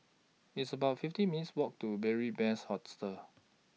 It's about fifty minutes' Walk to Beary Best Hostel